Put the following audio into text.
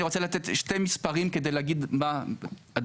אני רוצה לתת שני מספרים כדי להגיד מה הדברים.